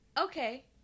Okay